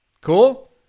Cool